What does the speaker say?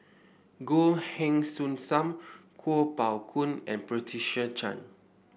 Goh Heng Soon Sam Kuo Pao Kun and Patricia Chan